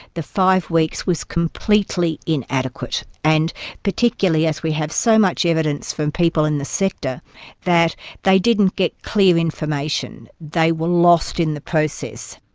the five weeks was completely inadequate, and particularly as we have so much evidence from people in the sector that they didn't get clear information, they were lost in the process.